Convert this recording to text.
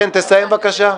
תסיים, בבקשה.